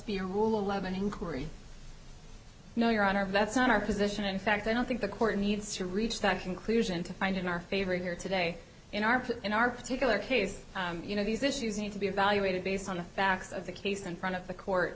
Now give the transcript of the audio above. be a rule of an inquiry no your honor that's not our position in fact i don't think the court needs to reach that conclusion to find in our favor here today in our in our particular case you know these issues need to be evaluated based on the facts of the case in front of the court